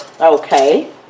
Okay